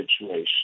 situation